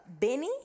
Benny